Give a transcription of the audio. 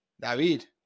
David